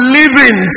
living